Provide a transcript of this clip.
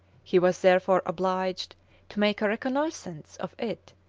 he was therefore obliged to make a reconnaissance of it,